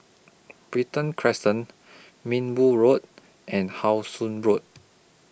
Brighton Crescent Minbu Road and How Sun Road